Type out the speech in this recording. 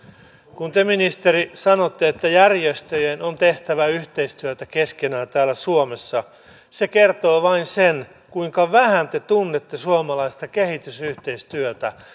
kun te ministeri sanotte että järjestöjen on tehtävä yhteistyötä keskenään täällä suomessa se kertoo vain sen kuinka vähän te tunnette suomalaista kehitysyhteistyötä